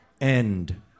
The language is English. end